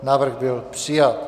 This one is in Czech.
Návrh byl přijat.